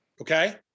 Okay